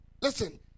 Listen